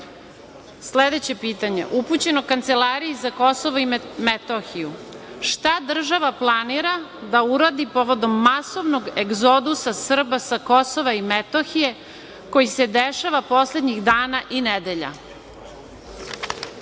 pitanje, upućeno Kancelariji za Kosovo i Metohiju - Šta država planira da uradi povodom masovnog egzodusa Srba sa Kosova i Metohije koji se dešava poslednjih dana i nedelja?I,